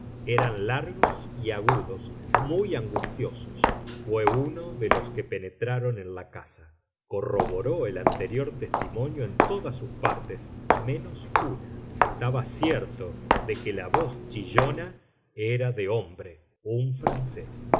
eran largos y agudos muy angustiosos fué uno de los que penetraron en la casa corroboró el anterior testimonio en todas sus partes menos una estaba cierto de que la voz chillona era de hombre un francés